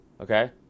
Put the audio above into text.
okay